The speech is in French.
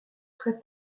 très